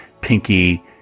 Pinky